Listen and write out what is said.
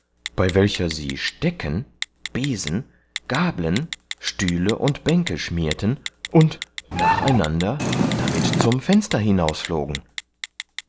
bei welcher sie stecken besem gablen stühle und bänke schmierten und nacheinander damit zum fenster hinausflogen